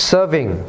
Serving